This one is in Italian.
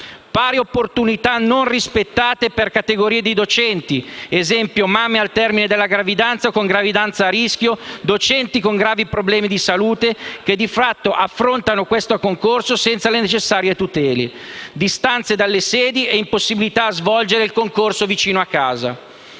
Pari opportunità non rispettate per categorie di docenti (ad esempio mamme al termine della gravidanza o con gravidanza a rischio e docenti con gravi problemi di salute, che di fatto affrontano questo concorso senza le necessarie tutele). Distanza dalle sedi e impossibilità a svolgere il concorso vicino a casa.